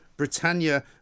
Britannia